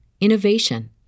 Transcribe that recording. innovation